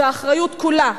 והאחריות כולה,